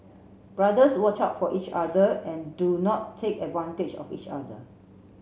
brothers watch out for each other and do not take advantage of each other